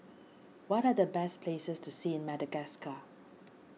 what are the best places to see in Madagascar